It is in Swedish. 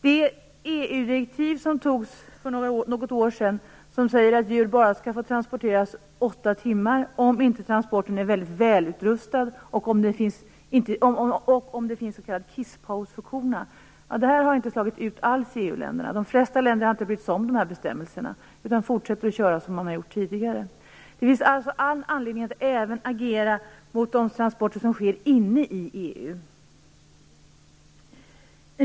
För något år sedan kom ett EU-direktiv som säger att djur skall få transporteras bara åtta timmar, om inte transportfordonet är välutrustat och det finns s.k. kisspaus för korna. Detta har inte alls slagit väl ut i EU-länderna. De flesta länderna har inte brytt sig om dessa bestämmelser utan fortsätter att köra som de har gjort tidigare. Det finns alltså all anledning att även agera mot de transporter som sker inne i EU.